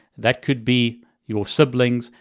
that could be your siblings,